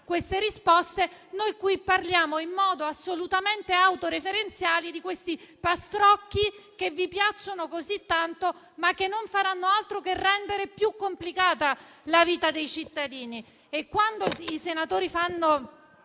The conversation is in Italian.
queste risposte, noi qui parliamo in modo assolutamente autoreferenziale di questi pastrocchi che vi piacciono così tanto, ma che non faranno altro che rendere più complicata la vita dei cittadini.